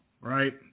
right